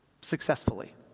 Successfully